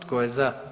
Tko je za?